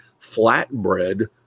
flatbread